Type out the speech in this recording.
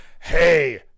hey